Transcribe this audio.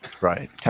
Right